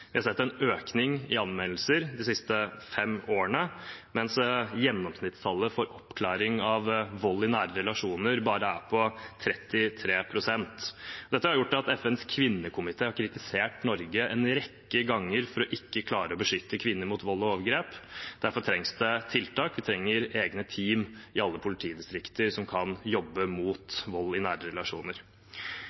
Vi har sett en økning i anmeldelser de siste fem årene, mens gjennomsnittstallet for oppklaring av vold i nære relasjoner bare er på 33 pst. Dette har gjort at FNs kvinnekomité har kritisert Norge en rekke ganger for ikke å klare å beskytte kvinner mot vold og overgrep. Derfor trengs det tiltak. Vi trenger egne team i alle politidistrikter som kan jobbe mot vold i